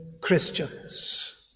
Christians